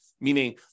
meaning